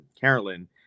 Carolyn